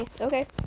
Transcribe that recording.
okay